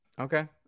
Okay